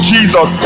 Jesus